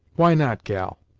why not, gal?